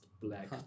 black